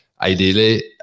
ideally